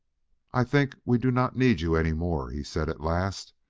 i think we do not need you any more, he said at last.